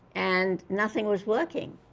and nothing was working.